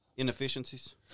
inefficiencies